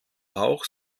auch